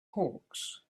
hawks